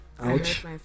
ouch